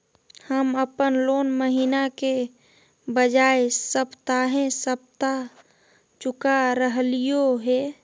हम अप्पन लोन महीने के बजाय सप्ताहे सप्ताह चुका रहलिओ हें